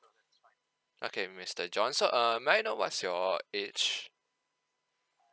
okay mister john so um may I know what's your age